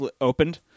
opened